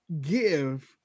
give